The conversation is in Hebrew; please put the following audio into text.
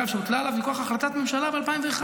שהוטלה עליו מכוח החלטת ממשלה ב-2001,